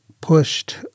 pushed